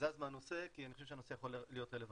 זז מהנושא כי אני חושב שזה יכול להיות רלוונטי.